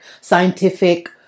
scientific